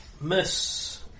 Miss